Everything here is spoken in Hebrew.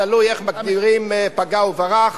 תלוי איך מגדירים פגע וברח.